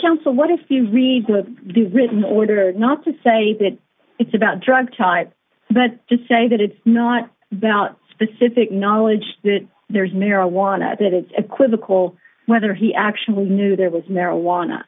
counsel what if you read the written order not to say that it's about drug type but just say that it's not about specific knowledge that there is marijuana that it's equivocal whether he actually knew there was marijuana